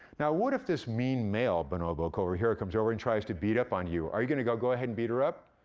now, what if this mean male bonobo over here comes over and tries to beat up on you? are you gonna go go ahead and beat her up?